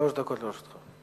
שלוש דקות לרשותך.